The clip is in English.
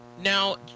Now